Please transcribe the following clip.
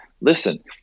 listen